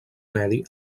medi